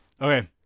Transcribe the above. Okay